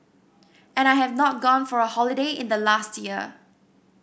and I have not gone for a holiday in the last year